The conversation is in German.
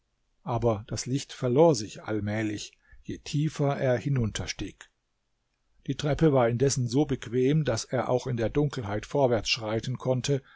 aber das licht verlor sich allmählich je tiefer er hinunterstieg die treppe war indessen so bequem daß er auch in der dunkelheit vorwärts schreiten konnte